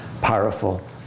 powerful